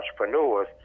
entrepreneurs